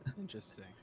interesting